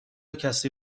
کسی